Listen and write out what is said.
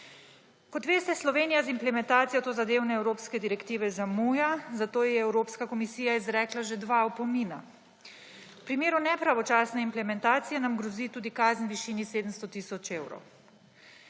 Kot veste, Slovenija z implementacijo tozadevne evropske direktive zamuja, zato ji je Evropska komisija izrekla že dva opomina. V primeru nepravočasne implementacije nam grozi tudi kazen v višini 700 tisoč evrov.